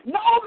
no